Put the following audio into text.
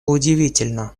удивительно